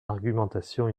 argumentation